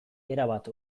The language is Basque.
erabat